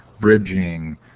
Bridging